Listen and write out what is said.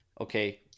okay